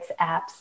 apps